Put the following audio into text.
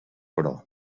però